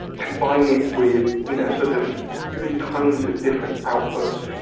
combine it with you know sort of all kinds of different outputs,